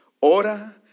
Ora